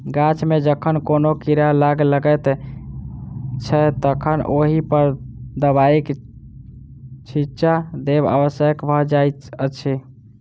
गाछ मे जखन कोनो कीड़ा लाग लगैत छै तखन ओहि पर दबाइक छिच्चा देब आवश्यक भ जाइत अछि